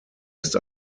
ist